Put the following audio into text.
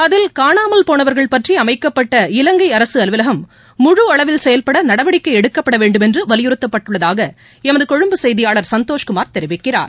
அதில் காணாமல்போனவா்கள் பற்றி அமைக்கப்பட்ட இலங்கை அரசு அலுவலகம் முழு அளவில் செயல்பட நடவடிக்கை எடுக்கப்பட வேண்டுமென்று வலியுறத்தப்பட்டுள்ளதாக எமது கொழும்பு செய்தியாளர் சந்தோஷ்குமார் தெரிவிக்கிறார்